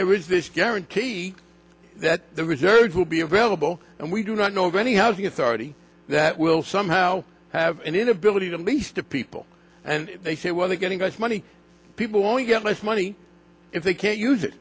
there is this guarantee that the reserves will be available and we do not know of any housing authority that will somehow have an inability to lease to people and they say well they're getting us money people only get less money if they can't use